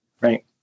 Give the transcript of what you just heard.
right